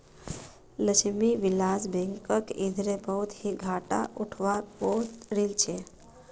लक्ष्मी विलास बैंकक इधरे बहुत ही घाटा उठवा पो रील छे